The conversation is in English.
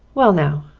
well now,